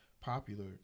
popular